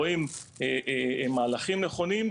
רואים מהלכים נכונים,